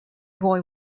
boy